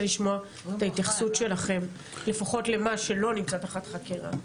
לשמוע את ההתייחסות שלכם לפחות למה שלא נמצא תחת חקירה.